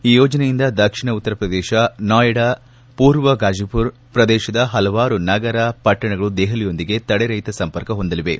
ಈ ಯೋಜನೆಯಿಂದ ದಕ್ಷಿಣ ಉತ್ತರ ಪ್ರದೇಶ ನಾಯ್ಡಾ ಪೂರ್ವ ಫಾಜಿಪುರ್ ಪ್ರದೇಶದ ಹಲವಾರು ನಗರ ಪಟ್ಟಣಗಳು ದೆಹಲಿಯೊಂದಿಗೆ ತಡೆರಹಿತ ಸಂಪರ್ಕ ಹೊಂದಲಿವೆ